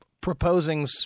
proposing